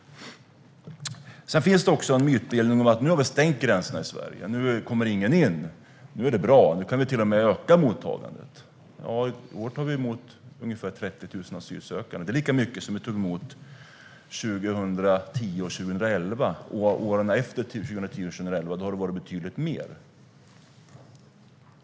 Det finns en mytbildning om att vi har stängt gränserna i Sverige: Nu kommer ingen in, nu är det bra, och nu kan vill till och med öka mottagandet. I år tar vi emot ungefär 30 000 asylsökande. Det är lika mycket som vi tog emot 2010 och 2011. Åren efter 2010 och 2011 har det varit betydligt fler.